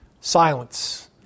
silence